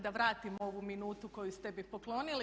Da vratim ovu minutu koju ste mi poklonili.